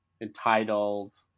entitled